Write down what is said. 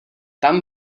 tam